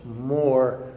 more